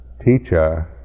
teacher